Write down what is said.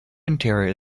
interior